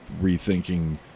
rethinking